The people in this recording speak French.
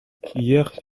hier